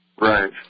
right